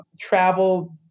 travel